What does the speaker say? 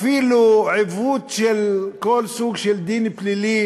אפילו עיוות של כל סוג של דין פלילי